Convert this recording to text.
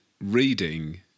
reading